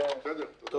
אתה דיברת יפה מאוד.